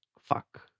Fuck